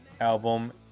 album